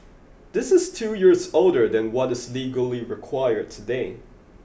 this is two years older than what is legally required today